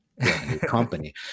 company